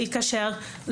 להתקשר,